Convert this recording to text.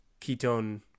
ketone